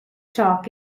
talk